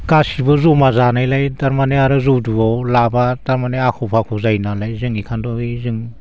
गासैबो जमा जानायलाय थारमाने आरो जौदुआव लाबा थारमाने आख' फाख' जायो नालाय जों बेखायनोथ ओइ जों